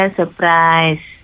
surprise